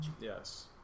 Yes